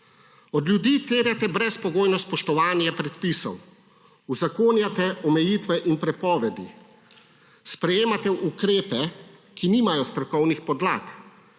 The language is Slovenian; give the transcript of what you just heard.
Od ljudi terjate brezpogojno spoštovanje predpisov, uzakonjate omejitve in prepovedi, sprejemate ukrepe, ki nimajo strokovnih podlag,